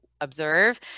observe